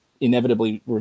inevitably